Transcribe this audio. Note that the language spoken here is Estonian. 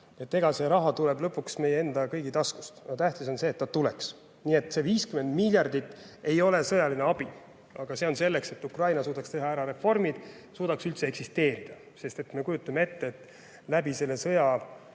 Eks raha tuleb lõpuks meie enda kõigi taskust, aga tähtis on see, et ta tuleks. Nii et see 50 miljardit ei ole sõjaline abi. See on selleks, et Ukraina suudaks teha ära reformid ja suudaks üldse eksisteerida, sest nagu me isegi ette